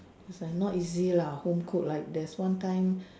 it's like not easy lah home cooked like there's one time